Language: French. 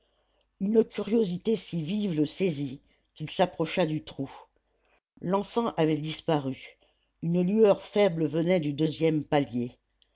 une curiosité si vive le saisit qu'il s'approcha du trou l'enfant avait disparu une lueur faible venait du deuxième palier